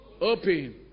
open